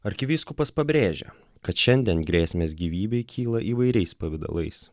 arkivyskupas pabrėžia kad šiandien grėsmės gyvybei kyla įvairiais pavidalais